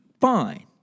fine